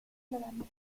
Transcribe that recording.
novembre